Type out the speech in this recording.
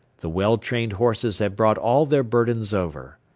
the well-trained horses had brought all their burdens over.